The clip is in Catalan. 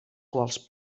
quals